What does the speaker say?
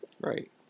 Right